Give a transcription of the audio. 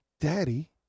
Daddy